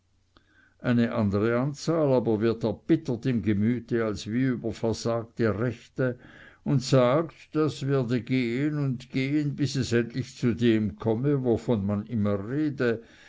eine andere anzahl aber wird erbittert im gemüte als wie über versagte rechte und sagt das werde gehen und gehen bis es endlich zu dem komme wovon man immer rede